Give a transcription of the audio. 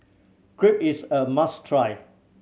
crepe is a must try